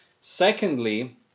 Secondly